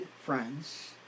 friends